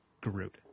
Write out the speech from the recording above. Groot